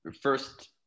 first